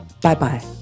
Bye-bye